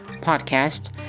podcast